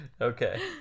Okay